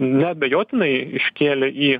neabejotinai iškėlė į